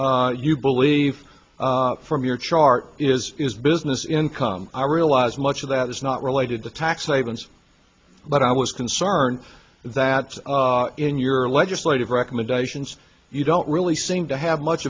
you believe from your chart is is business income i realize much of that is not related to tax havens but i was concerned that in your legislative recommendations you don't really seem to have much